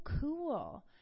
cool